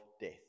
death